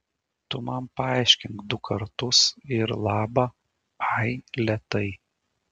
tu man paaiškink du kartus ir laba ai lėtai